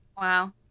Wow